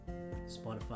Spotify